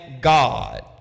God